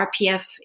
RPF